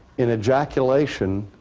in ejaculation,